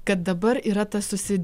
kad dabar yra tas susi